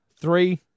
Three